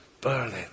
Berlin